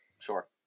Sure